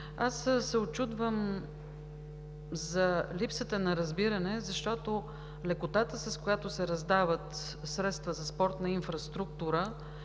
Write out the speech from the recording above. Аз се учудвам от липсата на разбиране, защото лекотата, с която се раздават средства за спортна инфраструктура,